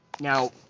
Now